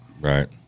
Right